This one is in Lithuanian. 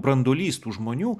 branduolys tų žmonių